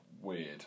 weird